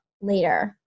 later